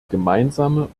gemeinsame